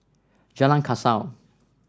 Jalan Kasau